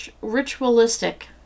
ritualistic